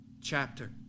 chapter